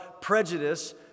prejudice